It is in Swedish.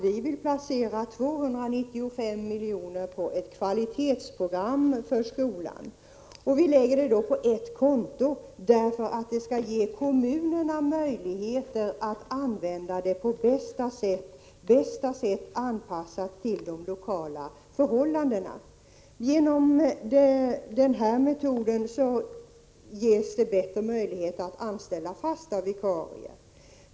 Vi vill placera 295 milj.kr. på ett kvalitetsprogram för skolan. Vi lägger dessa pengar på ett konto för att kommunerna därmed skall ges möjligheter att använda dem på bästa sätt. anpassat till de lokala förhållandena. Genom den här metoden ges bättre möjlighet att anställa fasta vikarier.